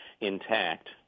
intact